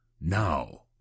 Now